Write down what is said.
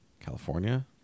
california